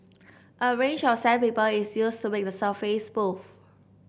a range of sandpaper is used to make the surface smooth